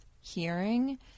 hearing